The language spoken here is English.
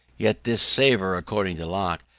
yet this savour, according to locke,